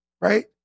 right